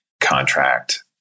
contract